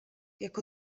jak